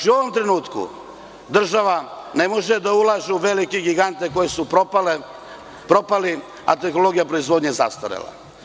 U ovom trenutku država ne može da ulaže u velike gigante koji su propali, a tehnologija proizvodnje zastarela.